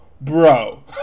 bro